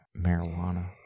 marijuana